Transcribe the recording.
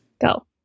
Go